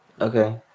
Okay